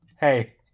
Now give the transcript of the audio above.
Hey